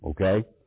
Okay